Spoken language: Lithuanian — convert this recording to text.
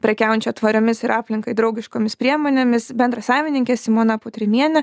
prekiaujančio tvariomis ir aplinkai draugiškomis priemonėmis bendrasavininkė simona putrimienė